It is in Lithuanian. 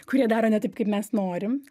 kurie daro ne taip kaip mes norim